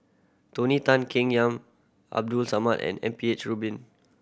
Tony Tan Keng Yam Abdul Samad and M P H Rubin